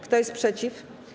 Kto jest przeciw?